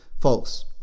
Folks